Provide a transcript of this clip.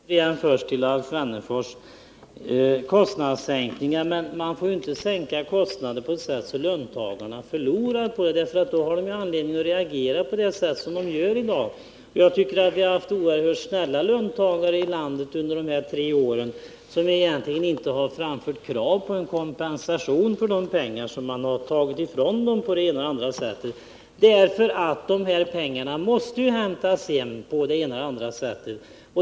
Herr talman! Först till Alf Wennerfors. Han talar om kostnadssänkningar. Men man får inte sänka kostnader på sådant sätt att löntagarna förlorar på det; då har de anledning att reagera på det sätt som de gör i dag. Jag tycker att vi har haft oerhört snälla löntagare här i landet under de här tre åren som egentligen inte framfört kravet på kompensation för de pengar som har tagits ifrån dem på det ena eller andra sättet. De pengarna måste hämtas in på något sätt.